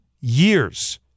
years